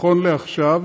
נכון לעכשיו,